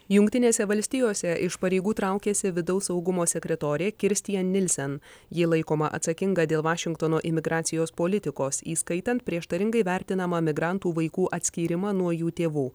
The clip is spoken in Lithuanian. jungtinėse valstijose iš pareigų traukiasi vidaus saugumo sekretorė kirstjen nilsen ji laikoma atsakinga dėl vašingtono imigracijos politikos įskaitant prieštaringai vertinamą migrantų vaikų atskyrimą nuo jų tėvų